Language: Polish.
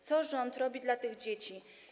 Co rząd robi dla tych dzieci?